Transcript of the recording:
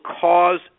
cause